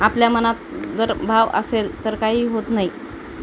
आपल्या मनात जर भाव असेल तर काही होत नाही